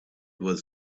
was